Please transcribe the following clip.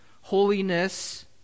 holiness